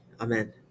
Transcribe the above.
Amen